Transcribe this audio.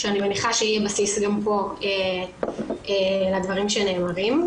שאני מניחה שהיא בסיס גם פה לדברים שנאמרים.